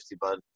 bud